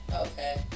Okay